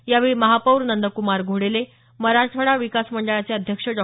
यावेळी महापौर नंद्क्मार घोडेले मराठवाडा विकास मंडळाचे अध्यक्ष डॉ